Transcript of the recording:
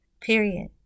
period